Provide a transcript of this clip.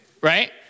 Right